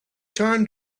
time